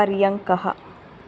पर्यङ्कः